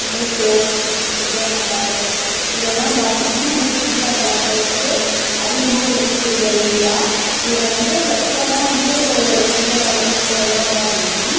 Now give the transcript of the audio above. மேட்டூர் ஒகேனக்கல் இதெல்லாம் பார்த்திங்கனா நம்ம சுற்றுலாத் தலங்கள் வந்து அதிகமாக இருக்கக்கூடிய ஏரியா இதில் வந்து எப்போ எல்லாம் வந்து கும்பல் அதிகமாக வருவாங்க அப்படின்னா